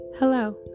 Hello